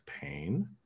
pain